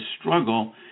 struggle